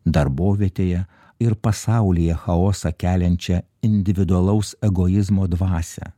darbovietėje ir pasaulyje chaosą keliančią individualaus egoizmo dvasią